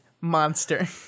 monster